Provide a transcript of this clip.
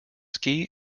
ski